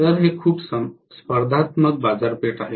तर हे खूप स्पर्धात्मक बाजारपेठ आहे